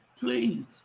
Please